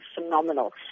phenomenal